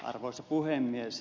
arvoisa puhemies